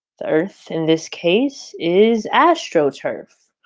the earth in this case is astroturf.